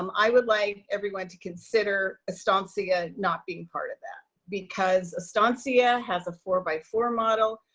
um i would like everyone to consider estancia not being part of that because estancia has a four-by-four model,